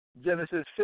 Genesis